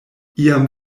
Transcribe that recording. iam